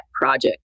project